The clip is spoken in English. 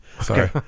Sorry